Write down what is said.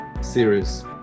series